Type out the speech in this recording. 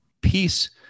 Peace